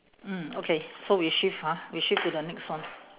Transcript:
mm okay so we shift ha we shift to the next one